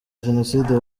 jenoside